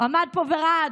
עמד פה ורעד.